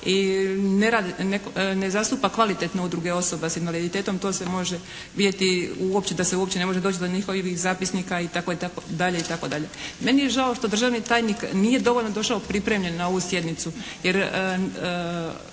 i ne zastupa kvalitetno udruge osoba s invaliditetom, to se može vidjeti uopće da se uopće ne može doći do njihovih zapisnika itd., itd. Meni je žao što državni tajnik nije dovoljno došao pripremljen na ovu sjednicu jer